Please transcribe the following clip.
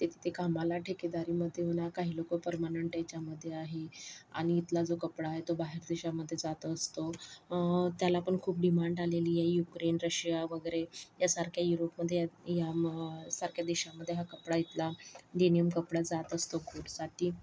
ते तिथे कामाला ठेकेदारीमध्ये म्हणा काही लोकं पर्मनंट याच्यामध्ये आहे आणि इथला जो कपडा आहे तो बाहेर देशामध्ये जात असतो त्याला पण खूप डिमांड आलेली आहे युक्रेन रशिया वगैरे यासारख्या युरोपमध्ये ह्या सारख्या देशांमध्ये हा कपडा इथला डेनिम कपडा जात असतो गुडसाठी